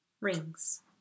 Rings